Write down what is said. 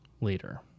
later